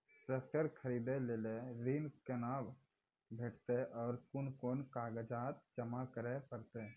Tractor खरीदै लेल ऋण कुना भेंटते और कुन कुन कागजात जमा करै परतै?